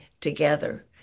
together